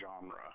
genre